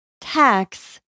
Tax